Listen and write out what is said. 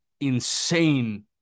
insane